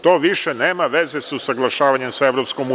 To više nema veze sa usaglašavanjem sa EU.